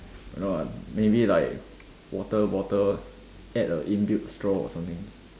no ah maybe like water bottle add a inbuilt straw or something